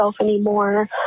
anymore